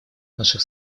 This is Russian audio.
наших